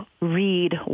read